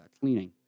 cleaning